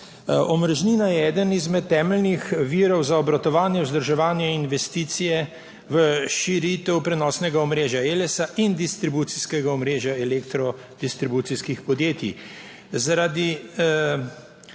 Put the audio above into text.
Omrežnina je eden izmed temeljnih virov za obratovanje, vzdrževanje, investicije v širitev prenosnega omrežja Elesa in distribucijskega omrežja elektrodistribucijskih podjetij.